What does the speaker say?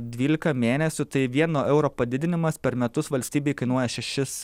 dvylika mėnesių tai vieno euro padidinimas per metus valstybei kainuoja šešis